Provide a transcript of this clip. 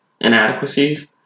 inadequacies